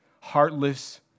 heartless